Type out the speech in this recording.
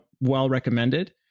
well-recommended